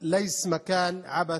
בשפה הערבית,